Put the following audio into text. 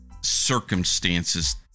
circumstances